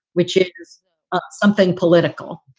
which is ah something political.